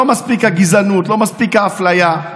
לא מספיק הגזענות, לא מספיק האפליה,